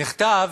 נכתב